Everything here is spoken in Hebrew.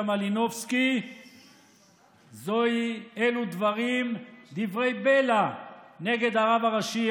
מלינובסקי אלה דברי בלע נגד הרב הראשי.